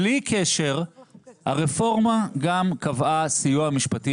בלי קשר הרפורמה גם קבעה סיוע משפטי